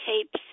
tapes